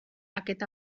aquest